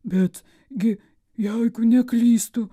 bet gi jeigu neklystu